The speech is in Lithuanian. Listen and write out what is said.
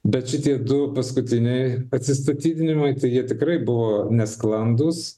bet šitie du paskutiniai atsistatydinimai jie tikrai buvo nesklandūs